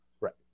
Right